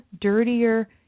dirtier